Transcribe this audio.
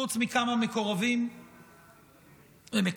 חוץ מכמה מקורבים ומקורבות,